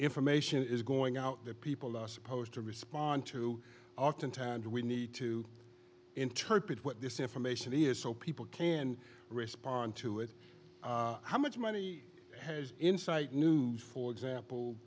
information is going out that people are supposed to respond to oftentimes we need to interpret what this information is so people can respond to it how much money has insight new for example